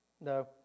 No